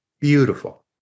Beautiful